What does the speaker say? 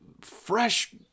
fresh